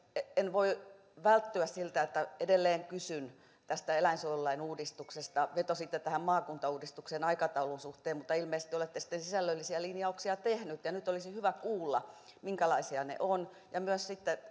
en voi välttyä siltä että edelleen kysyn tästä eläinsuojelulain uudistuksesta vetositte tähän maakuntauudistukseen aikataulun suhteen mutta ilmeisesti olette sitten sisällöllisiä linjauksia tehnyt ja nyt olisi hyvä kuulla minkälaisia ne ovat myös